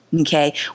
Okay